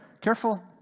careful